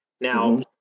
now